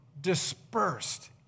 dispersed